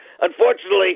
Unfortunately